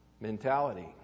mentality